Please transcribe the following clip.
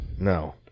No